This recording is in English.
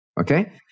Okay